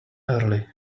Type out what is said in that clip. early